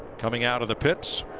coming out of the pits.